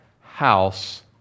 house